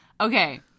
Okay